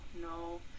no